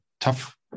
tough